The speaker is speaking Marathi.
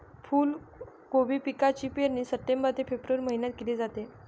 फुलकोबी पिकाची पेरणी सप्टेंबर ते फेब्रुवारी महिन्यात केली जाते